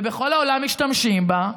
ובכל העולם משתמשים בה,